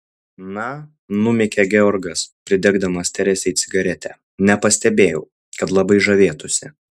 na numykė georgas pridegdamas teresei cigaretę nepastebėjau kad labai žavėtųsi